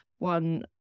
One